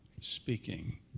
speaking